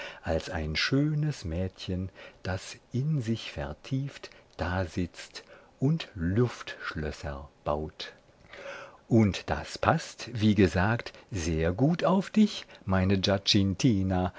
als ein schönes mädchen das in sich vertieft dasitzt und luftschlösser baut und das paßt wie gesagt sehr gut auf dich meine